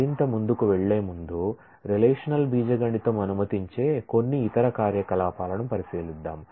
మరింత ముందుకు వెళ్ళే ముందు రిలేషనల్ ఆల్జీబ్రా అనుమతించే కొన్ని ఇతర కార్యకలాపాలను పరిశీలిద్దాం